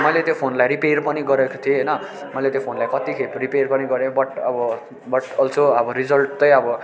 मैले त्यो फोनलाई रिपेयर पनि गरेको थिएँ होइन मैले त्यो फोनलाई कतिखेप रिपेयर पनि गरेँ बट् अब बट् अल्सो अब रिजल्ट चाहिँ अब